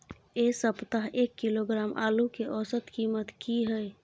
ऐ सप्ताह एक किलोग्राम आलू के औसत कीमत कि हय?